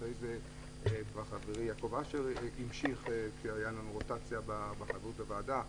אחרי זה חברי יעקב אשר המשיך כי הייתה לנו רוטציה בחברות בוועדה.